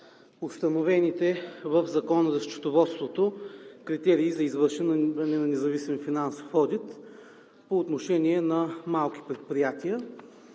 установените в Закона за счетоводството критерии за извършване на независим финансов одит по отношение на малки предприятия.